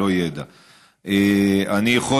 לא ידע.